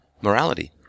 morality